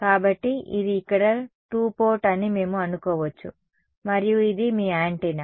కాబట్టి ఇది ఇక్కడ టూ పోర్ట్ అని మేము అనుకోవచ్చు మరియు ఇది మీ యాంటెన్నా